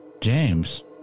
James